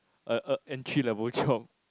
err err entry level job